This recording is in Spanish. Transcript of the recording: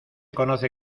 conoce